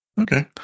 Okay